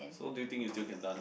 so do you think you still can dance